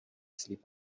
sleep